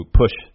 push